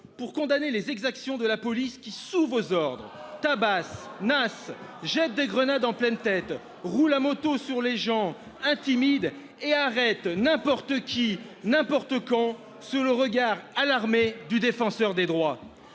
pour condamner les exactions de la police, qui, sous vos ordres, tabasse, nasse, jette des grenades en pleine tête, roule à moto sur les gens, intimide et arrête n'importe qui, n'importe quand, sous le regard alarmé du Défenseur des droits.